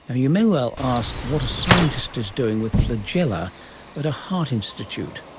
ah you may well ask what a scientist is doing with flagella at a heart institute,